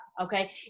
okay